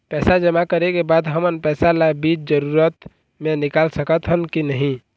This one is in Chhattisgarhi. पैसा जमा करे के बाद हमन पैसा ला बीच जरूरत मे निकाल सकत हन की नहीं?